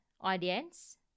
audience